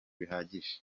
bihagije